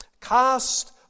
cast